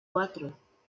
cuatro